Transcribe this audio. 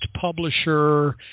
publisher